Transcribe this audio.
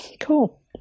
Cool